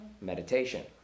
Meditation